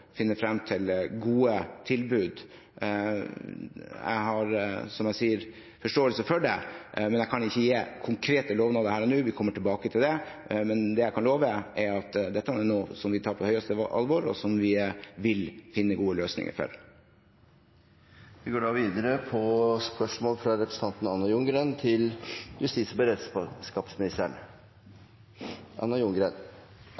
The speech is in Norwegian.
finne fram til gode tilbud. Jeg har, som jeg sier, forståelse for det, men jeg kan ikke gi konkrete lovnader her og nå. Vi kommer tilbake til det, men det jeg kan love, er at dette er noe som vi tar på det høyeste alvor, og som vi vil finne gode løsninger